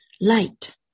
Light